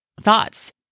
thoughts